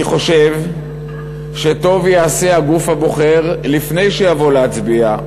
אני חושב שטוב יעשה הגוף הבוחר לפני שיבוא להצביע,